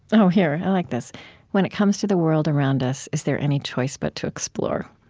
oh, here i like this when it comes to the world around us, is there any choice but to explore?